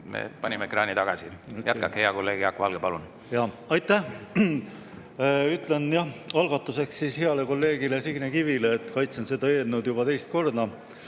me panime ekraani tagasi. Jätkake, hea kolleeg Jaak Valge! Palun! Aitäh! Ütlen algatuseks heale kolleegile Signe Kivile, et kaitsen seda eelnõu juba teist korda